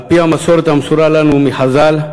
על-פי המסורת המסורה לנו מחז"ל,